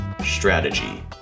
Strategy